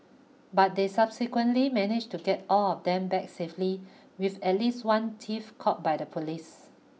but they subsequently managed to get all of them back safely with at least one thief caught by the police